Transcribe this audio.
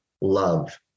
love